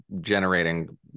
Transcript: generating